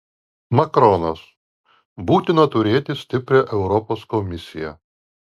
makronas būtina turėti stiprią europos komisiją